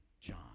John